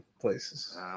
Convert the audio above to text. places